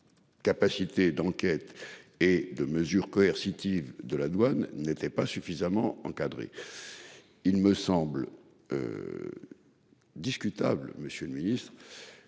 Capacités d'enquêtes et de mesures coercitives de la douane n'étaient pas suffisamment encadré. Il me semble. Discutable. Monsieur le Ministre.